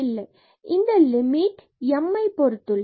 இந்த லிமிட்டை m ஐ பொறுத்துள்ளது